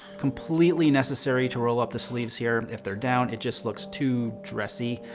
completely necessary to roll up the sleeves here. if they're down it just looks too dressy.